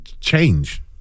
change